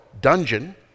dungeon